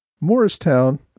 Morristown